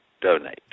Donate